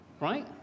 right